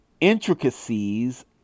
intricacies